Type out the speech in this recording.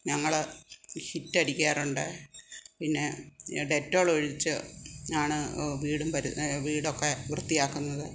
ഞങ്ങൾ ഹിറ്റടിക്കാറുണ്ട് പിന്നെ ഡെറ്റോളൊഴിച്ചാണ് വീടും പരിസര വീടൊക്കെ വൃത്തിയാക്കുന്നത്